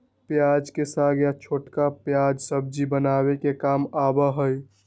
प्याज के साग या छोटका प्याज सब्जी बनावे के काम आवा हई